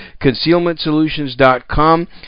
Concealmentsolutions.com